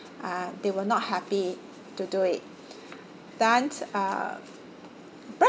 ah they were not happy to do it then uh